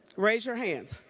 raise your hands.